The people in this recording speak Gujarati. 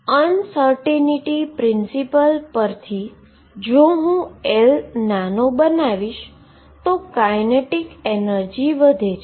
અનસર્ટેનીટી પ્રિન્સીપલ પરથી જો હું L નાનો બનાવીશ તો કાઈનેટીક એનર્જી વધે છે